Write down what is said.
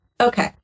Okay